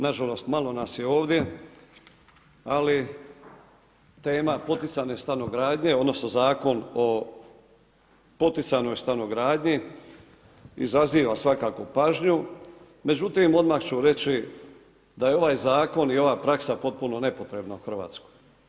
Nažalost malo nas je ovdje, ali tema poticajne stanogradnje odnosno Zakon o poticanoj stanogradnji izaziva svakako pažnju, međutim odmah ću reći da je ovaj zakon i ova praksa potpuno nepotrebna u Hrvatskoj.